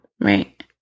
Right